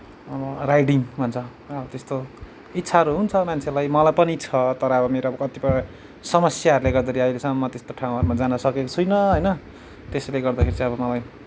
अब राइडिङ भन्छ अब त्यस्तो इच्छाहरू हुन्छ मान्छेलाई मलाई पनि छ तर अब मेरो कतिपय समस्याहरूले गर्दाखेरि अहिलेसम्म म त्यस्तो ठाउँहरूमा जानसकेको छुइनँ होइन त्यसैले गर्दाखेरि चाहिँ अब मलाई